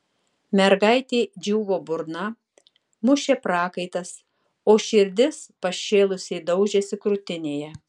mergaitei džiūvo burna mušė prakaitas o širdis pašėlusiai daužėsi krūtinėje